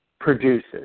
produces